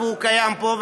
והוא קיים פה,